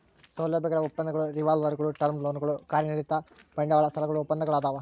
ಸೌಲಭ್ಯಗಳ ಒಪ್ಪಂದಗಳು ರಿವಾಲ್ವರ್ಗುಳು ಟರ್ಮ್ ಲೋನ್ಗಳು ಕಾರ್ಯನಿರತ ಬಂಡವಾಳ ಸಾಲಗಳು ಒಪ್ಪಂದಗಳದಾವ